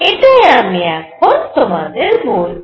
এটাই আমি এখন তোমাদের বলব